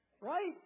Right